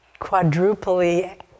quadruply